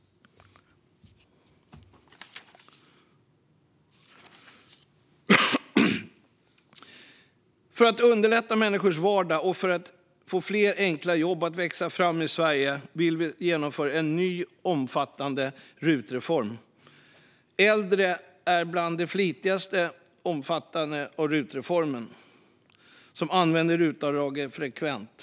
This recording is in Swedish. För att underlätta människors vardag och för att få fler enkla jobb att växa fram i Sverige vill vi genomföra en ny omfattande rutreform. Äldre är bland de flitigaste användarna av rutavdraget och använder det frekvent.